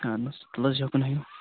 اہن حظ تَلہٕ حظ یوکُن ہٲیو